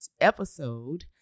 episode